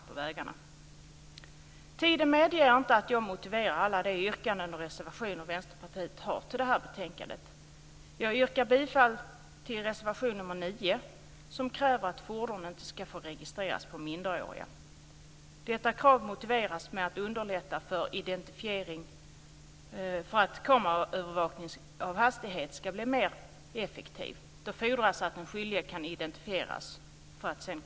En del uppger 25 000, en del talar om 40 000 och en del vill höja siffran ända till 66 000. Vi har därför sagt att den här frågan bör utredas ytterligare. Nu har Vägverket fått i uppdrag att titta på ett nytt informationssystem. Vi räknar med att man då också tar upp frågan om statistiken.